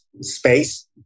space